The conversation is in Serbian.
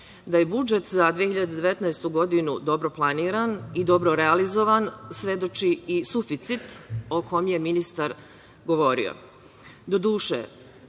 Da je budžet za 2019. godinu dobro planiran i dobro realizovan, svedoči i suficit o kome je ministar govorio.